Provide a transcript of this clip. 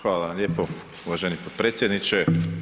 Hvala vam lijepo uvaženi potpredsjedniče.